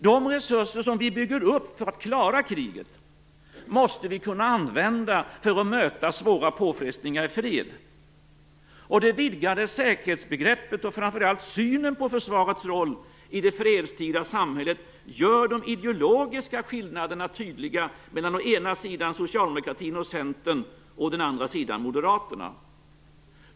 De resurser som vi bygger upp för att klara kriget måste vi kunna använda för att möta svåra påfrestningar i fred. Det vidgade säkerhetsbegreppet och framför allt synen på försvarets roll i det fredstida samhället gör de ideologiska skillnaderna tydliga mellan å ena sidan socialdemokratin och Centern, å andra sidan Moderaterna.